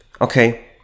Okay